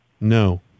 No